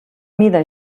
mida